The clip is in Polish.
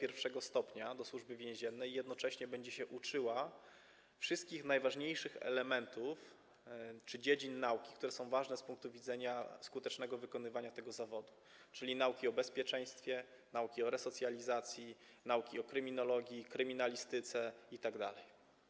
I stopnia do Służby Więziennej i jednocześnie będzie się uczyła wszystkich najważniejszych elementów czy dziedzin nauki, które są ważne z punktu widzenia skutecznego wykonywania tego zawodu, czyli nauki o bezpieczeństwie, nauki o resocjalizacji, nauki o kryminologii, kryminalistyce itd.